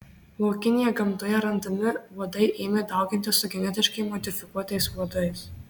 laukinėje gamtoje randami uodai ėmė daugintis su genetiškai modifikuotais uodais